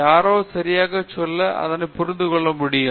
யாரோ சரியா சொல்ல என்ன புரிந்து கொள்ள முடியும்